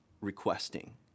requesting